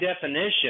definition